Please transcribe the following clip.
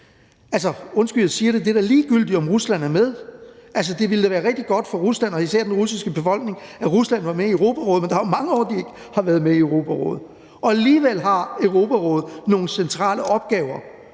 Undskyld, jeg siger det, men det er da ligegyldigt, om Rusland er med. Det ville da være rigtig godt for Rusland og især den russiske befolkning, at Rusland var med i Europarådet, men der er jo mange år, de ikke har været med i Europarådet, og alligevel har Europarådet nogle centrale opgaver,